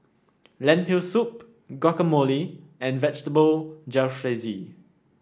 Lentil Soup Guacamole and Vegetable Jalfrezi